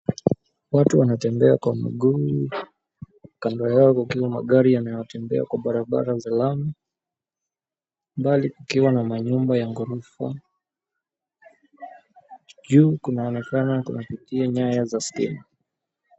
Watu wanatembea kwa miguu kando yao kukiwa na gari kwa barabara yanayotembea hadharani. Mbali kukiwa na manyumba ya ghorofa. Juu kunaonekana kunapitia nyaya za stima.